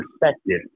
perspective